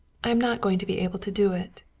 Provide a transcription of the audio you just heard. i am not going to be able to do it.